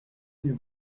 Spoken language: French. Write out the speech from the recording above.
venez